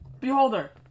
Beholder